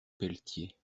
pelletier